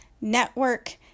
network